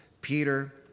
Peter